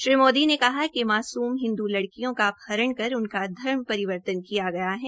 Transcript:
श्री मोदी ने कहा कि मासूम हिन्दू लड़कियों का अपहरण कर उनका धर्म परिवर्तन किया है